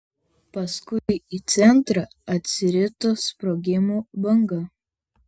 paskui į centrą atsirito sprogimo banga